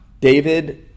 David